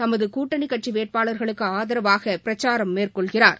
தமது கூட்டணி கட்சி வேட்பாளா்களுக்கு ஆதரவாக பிரச்சாரம் மேற்கொள்கிறாா்